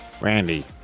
Randy